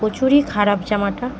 প্রচুরই খারাপ জামাটা